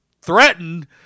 threatened